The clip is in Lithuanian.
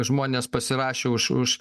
žmonės pasirašė už už